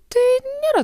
tai nėra